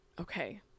Okay